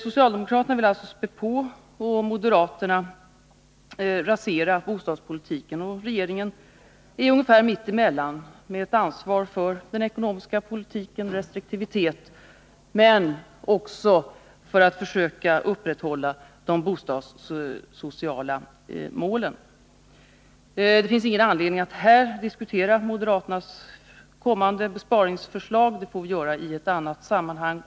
Socialdemokraterna vill alltså späda på, moderaterna vill rasera bostadspolitiken, och regeringen ligger ungefär mitt emellan med ett ansvar för den ekonomiska politikens restriktivitet, men också med ett ansvar för att försöka uppnå de bostadssociala målen. Det finns ingen anledning att här diskutera moderaternas kommande besparingsförslag — det får vi göra i ett annat sammanhang.